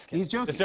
he's joke. so